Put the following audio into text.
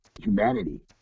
humanity